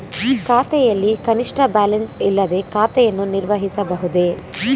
ಖಾತೆಯಲ್ಲಿ ಕನಿಷ್ಠ ಬ್ಯಾಲೆನ್ಸ್ ಇಲ್ಲದೆ ಖಾತೆಯನ್ನು ನಿರ್ವಹಿಸಬಹುದೇ?